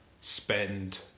spend